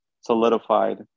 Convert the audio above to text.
solidified